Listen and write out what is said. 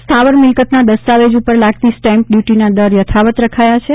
સ્થાવર મિલ્કતના દસ્તાવેજ ઉપર લાગતી સ્ટેમ્પ ડચ્ચટીના દર યથાવત રખાયા છે